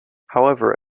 however